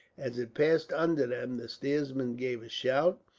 as it passed under them, the steersman gave a shout.